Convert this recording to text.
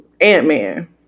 Ant-Man